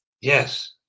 Yes